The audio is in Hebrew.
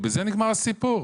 ובזה נגמר הסיפור.